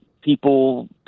people